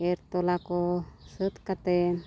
ᱮᱨᱻ ᱛᱚᱞᱟ ᱠᱚ ᱥᱟᱹᱛ ᱠᱟᱛᱮ